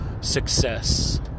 success